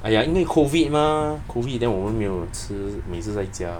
!aiya! 因为 COVID mah COVID then 我们没有吃每次在家